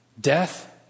death